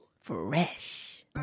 Fresh